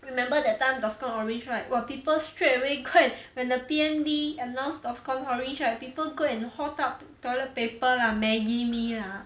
remember that time DORSCON orange right !wah! people straight away go and when the P_M lee announced DORSCON orange right people go and hog up toilet paper lah maggie mee lah